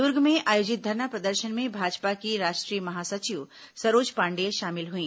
दर्ग में आयोजित धरना प्रदर्शन में भाजपा की राष्ट्रीय महासचिव सरोज पांडेय शामिल हईं